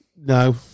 No